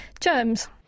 germs